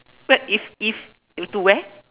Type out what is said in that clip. what if if if to where